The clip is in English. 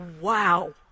wow